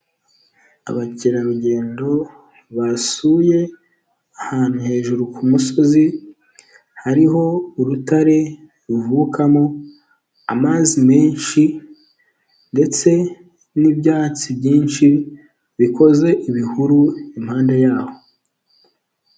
Abakerarugendo basuye ahantu hejuru musozi, hariho urutare ruvubukamo amazi menshi ndetse n'ibyatsi byinshi bikoze ibihuru impande yaho.